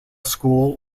school